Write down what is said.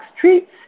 treats